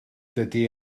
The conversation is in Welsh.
dydy